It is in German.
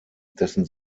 dessen